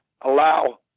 allow